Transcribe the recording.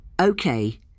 Okay